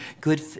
good